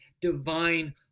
divine